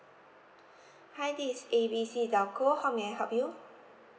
hi this is A B C telco how may I help you